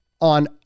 on